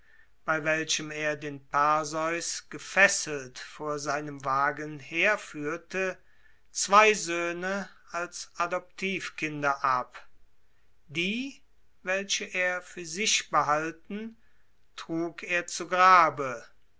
bei welchem er den perseus gefesselt vor seinem wagen herführte zwei söhne als adoptivkinder ab die welche er für sich behalten trug er zu grabe